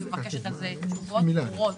אני מבקשת על זה תשובות ברורות.